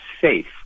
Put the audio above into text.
safe